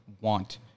want